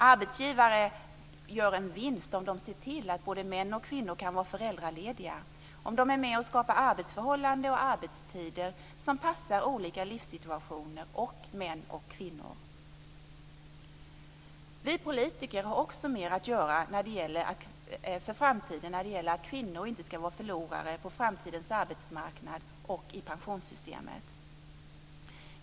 Arbetsgivare gör en vinst om de ser till att både män och kvinnor kan vara föräldralediga och att de är med och skapar arbetsförhållanden och arbetstider som passar olika livssituationer och både män och kvinnor. Vi politiker har också mer att göra för framtiden när det gäller att kvinnor inte skall vara förlorare på framtidens arbetsmarknad och i pensionssystemet.